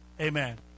Amen